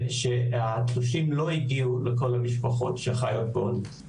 שהתלושים לא הגיעו לכל המשפחות שחיות בעוני.